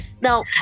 now